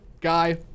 guy